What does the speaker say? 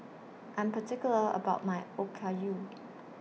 I'm particular about My Okayu